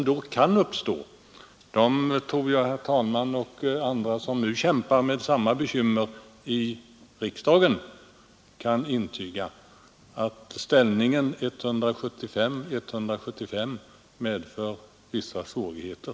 Jag tror också att herr talmannen och andra, som här i riksdagen kämpar med samma bekymmer, kan intyga att en ställning av typen 175—175 medför vissa svårigheter.